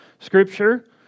scripture